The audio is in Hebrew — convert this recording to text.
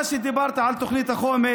כבוד השר, מה שדיברת על תוכנית החומש,